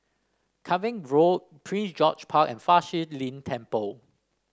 Cavenagh Road Prince George Park and Fa Shi Lin Temple